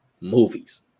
movies